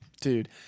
dude